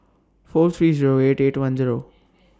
four three Zero eight eight one Zero